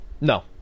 No